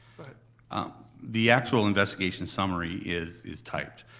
but um the actual investigation summary is is typed.